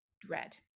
dread